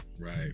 right